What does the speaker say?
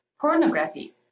pornography